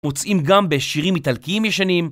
מוצאים גם בשירים איטלקיים ישנים